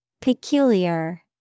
Peculiar